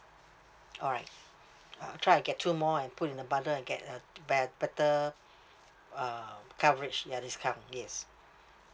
alright uh I try I get two more and put in the bundle and get a the bet~ better um coverage ya discount yes